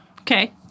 Okay